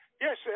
Yes